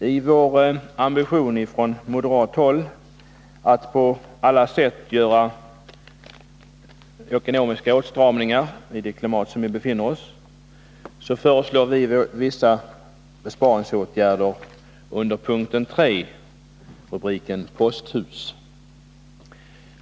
I vår ambition från moderat håll att i det ekonomiska klimat vari vi befinner oss på alla sätt göra ekonomiska åtstramningar föreslår vi vissa besparingsåtgärder under punkt 3, Posthus.